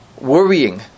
worrying